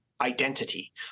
identity